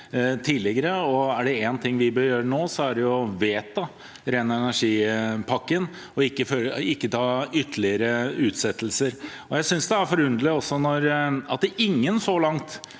Er det én ting vi bør gjøre nå, er det å vedta ren energi-pakken – ikke ha ytterligere utsettelser. Jeg synes det er forunderlig at ingen så langt,